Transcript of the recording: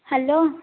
hello